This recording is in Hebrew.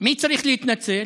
מי צריך להתנצל?